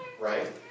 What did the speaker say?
right